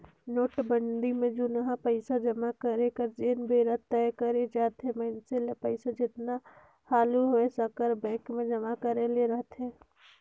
नोटबंदी में जुनहा पइसा जमा करे कर जेन बेरा तय करे जाथे मइनसे ल पइसा जेतना हालु होए सकर बेंक में जमा करे ले रहथे